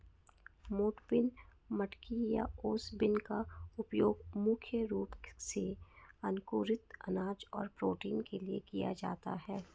मोठ बीन, मटकी या ओस बीन का उपयोग मुख्य रूप से अंकुरित अनाज और प्रोटीन के लिए किया जाता है